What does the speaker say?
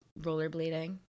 rollerblading